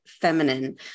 feminine